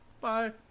bye